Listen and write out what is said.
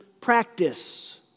practice